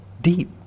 deep